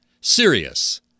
Serious